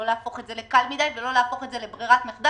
לא להפוך את זה לקל מדי או לבררת מחדל.